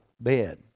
bed